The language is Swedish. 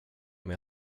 med